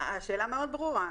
השאלה מאוד ברורה.